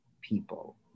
people